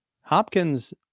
Hopkins